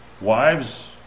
wives